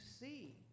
see